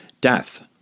death